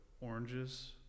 Oranges